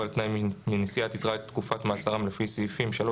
על תנאי מנשיאת יתרת תקופת מאסרם לפי סעיפים 3,